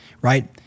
right